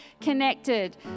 connected